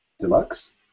Deluxe